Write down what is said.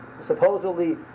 supposedly